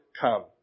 come